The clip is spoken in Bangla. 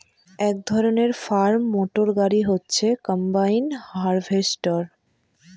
এক ধরনের ফার্ম মটর গাড়ি হচ্ছে কম্বাইন হার্ভেস্টর